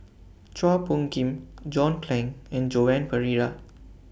Chua Phung Kim John Clang and Joan Pereira